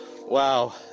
Wow